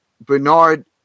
Bernard